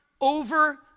over